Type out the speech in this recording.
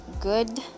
good